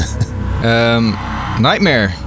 nightmare